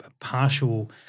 partial